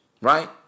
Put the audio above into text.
right